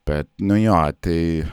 bet nu jo tai